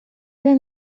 era